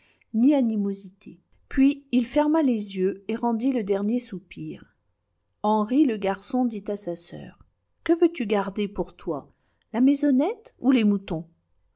ni animosité pais il ferma les yeux et rendit le dernier soupir henri le garçon dit à sa sœur que veux-tu garder pour toi la maisonnette ou les moutons